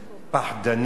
פחדנים?